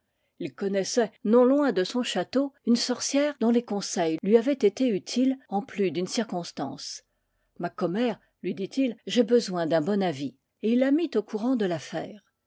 il connaissait non loin de son château une sorcière dont les conseils lui avaient été utiles en plus d'une circonstance ma commère lui dit-il j'ai besoin d'un bon avis et il la mit au courant de l'affaire